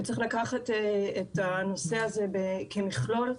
וצריך לקחת את הנושא הזה כמכלול,